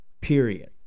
period